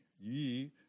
Ye